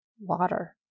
water